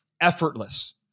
effortless